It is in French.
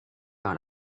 par